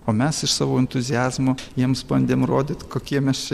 o mes iš savo entuziazmo jiems bandėm rodyt kokie mes čia